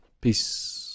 Peace